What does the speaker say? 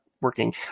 working